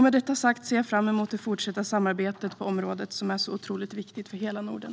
Med detta sagt ser jag fram emot det fortsatta samarbetet på området, som är så otroligt viktigt för hela Norden.